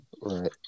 right